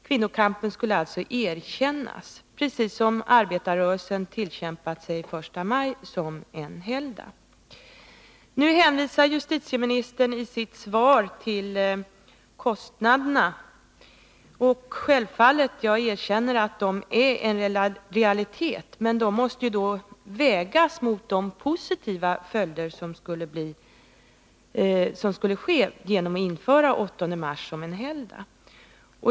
Kvinnokampen skulle alltså erkännas, precis som arbetarrörelsen tillkämpat sig den 1 maj som en helgdag. Nu hänvisar ju justitieministern i sitt svar till kostnaderna. Jag erkänner självfallet att dessa är en realitet, men det måste då vägas mot de positiva följderna av att göra den 8 mars till en helgdag.